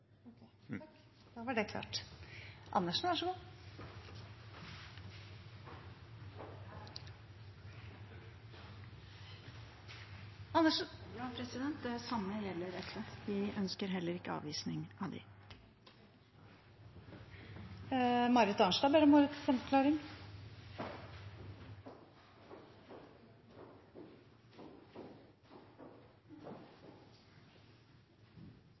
da var det klart. Karin Andersen – til stemmeforklaring. Det samme gjelder SV. Vi ønsker heller ikke avvisning av dem. Representanten Marit Arnstad har bedt om ordet til stemmeforklaring.